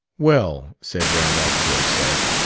well, said randolph to himself,